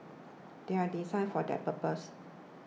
they are designed for that purpose